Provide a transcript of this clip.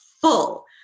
full